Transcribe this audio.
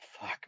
fuck